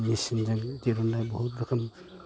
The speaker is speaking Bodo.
मिचिनजों दिहुननाय बुहुथ रोखोम